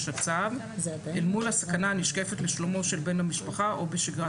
הצו אל מול הסכנה הנשקפת לשלומו של בן המשפחה ובשגרת